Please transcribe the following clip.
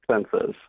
expenses